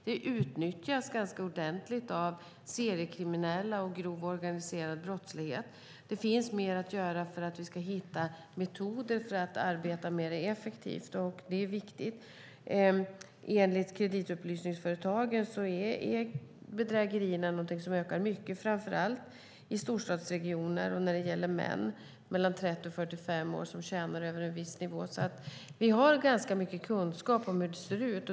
Det utnyttjas ganska ordentligt av seriekriminella och grov organiserad brottslighet. Det finns mer att göra för att vi ska hitta metoder för att arbeta med det effektivt. Det är viktigt. Enligt kreditupplysningsföretagen är bedrägerierna någonting som ökar mycket, framför allt i storstadsregioner och när det gäller män mellan 30 och 45 år som tjänar över en viss nivå. Vi har ganska mycket kunskap om hur det ser ut.